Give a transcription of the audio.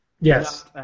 yes